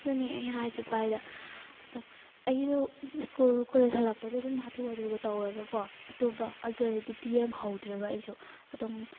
ꯑꯗꯨꯅꯤ ꯑꯩ ꯍꯥꯏꯁꯤ ꯚꯥꯏꯗ ꯑꯗꯣ ꯑꯩꯗꯣ ꯁ꯭ꯀꯨꯜ ꯀꯣꯂꯦꯖ ꯍꯜꯂꯛꯄꯗ ꯁꯨꯝ ꯍꯥꯊꯨ ꯍꯥꯊꯨꯒ ꯇꯧꯔꯒꯀꯣ ꯑꯇꯣꯞꯄ ꯑꯜꯇꯔꯅꯦꯇꯤꯞꯇꯨ ꯌꯦꯡꯍꯧꯗ꯭ꯔꯦꯕ ꯑꯩꯁꯨ ꯑꯗꯨꯝ